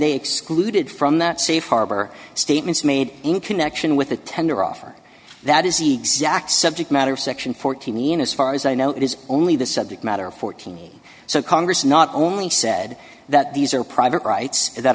they excluded from that safe harbor statements made in connection with a tender offer that is the exact subject matter of section fourteen as far as i know it is only the subject matter fourteen so congress not only said that these are private rights that